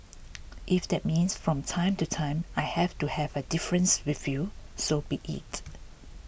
if that means from time to time I have to have a difference with you so be it